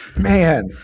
man